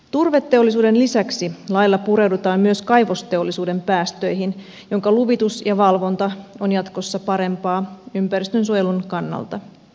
turveteollisuuden lisäksi lailla pureudutaan myös päästöihin kaivosteollisuudessa jonka luvitus ja valvonta on jatkossa parempaa ympäristönsuojelun kannalta